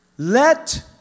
Let